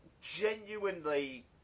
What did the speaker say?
genuinely